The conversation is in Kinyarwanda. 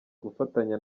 gufatanya